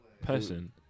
person